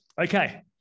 Okay